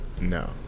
No